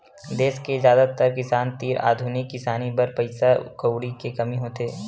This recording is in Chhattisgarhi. देस के जादातर किसान तीर आधुनिक किसानी बर पइसा कउड़ी के कमी होथे